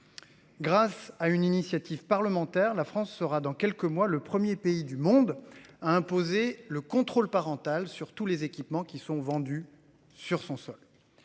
Grâce à une initiative parlementaire. La France sera dans quelques mois le 1er pays du monde à imposer le contrôle parental sur tous les équipements qui sont vendues sur son sol.